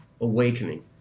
awakening